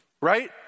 Right